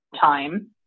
time